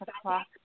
o'clock